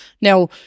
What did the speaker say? now